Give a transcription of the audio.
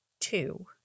two